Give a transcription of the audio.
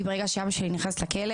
ברגע שאבא שלי נכנס לכלא